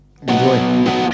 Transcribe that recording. enjoy